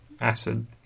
acid